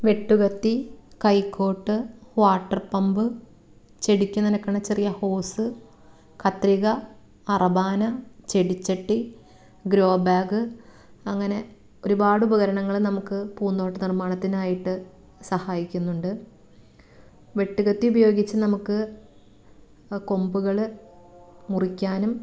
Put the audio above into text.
വെട്ടുകത്തി കൈക്കോട്ട് water pump ചെടിക്ക് നനയ്ക്കുന്ന ചെറിയ ഹോസ് കത്രിക അറബാന ചെടിച്ചട്ടി ഗ്രോബാഗ് അങ്ങനെ ഒരുപാട് ഉപകരണങ്ങള് നമുക്ക് പൂന്തോട്ട നിർമാണത്തിനായിട്ട് സഹായിക്കുന്നുണ്ട് വെട്ടുകത്തി ഉപയോഗിച്ച് നമുക്ക് കൊമ്പുകള് മുറിക്കാനും